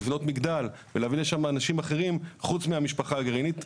לבנות מגדל ולהביא לשם אנשים אחרים חוץ מהמשפחה הגרעינית.